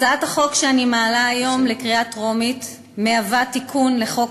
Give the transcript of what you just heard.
הצעת החוק שאני מעלה היום לקריאה טרומית מהווה תיקון לחוק